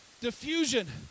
Diffusion